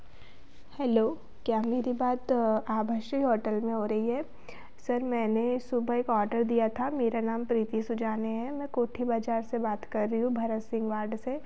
hello क्या मेरी बात आभा श्री होटल में हो रही है सर मैंने सुबह एक ऑर्डर दिया था मेरा नाम प्रीती सुजाने है मैं कोठी बाज़ार से बात कर रही हूँ भरत सिंह वार्ड से